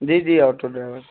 جی جی auto driver